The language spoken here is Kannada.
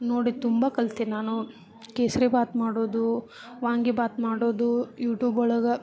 ನೋಡಿ ತುಂಬ ಕಲಿತೆ ನಾನು ಕೇಸರಿಬಾತು ಮಾಡೋದು ವಾಂಗಿಬಾತು ಮಾಡೋದು ಯೂಟೂಬ್ ಒಳಗೆ